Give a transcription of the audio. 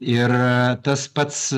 ir tas pats